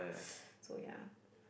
so yeah